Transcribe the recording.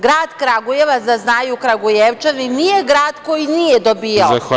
Grad Kragujevac, da znaju Kragujevčani nije grad koji nije dobijao.